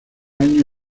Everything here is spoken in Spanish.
año